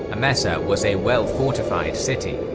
emesa was a well-fortified city,